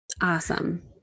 Awesome